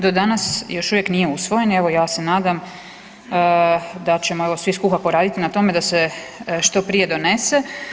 Do danas još uvijek nije usvojen i evo ja se nadam da ćemo evo skupa poraditi na tome da se što prije donese.